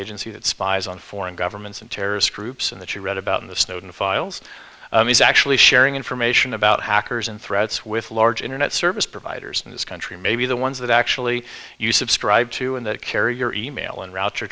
agency that spies on foreign governments and terrorist groups and that you read about in the snowden files is actually sharing information about hackers and threats with large internet service providers in this country maybe the ones that actually you subscribe to and that carry your e mail and route